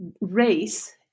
race